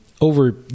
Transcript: over